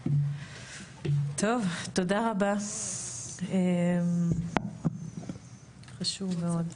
טוב, תודה רבה, חשוב מאוד.